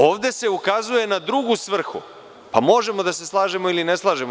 Ovde se ukazuje na drugu svrhu, pa možemo da se slažemo ili ne slažemo.